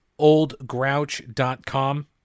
oldgrouch.com